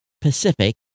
Pacific